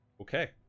Okay